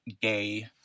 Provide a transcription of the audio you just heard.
gay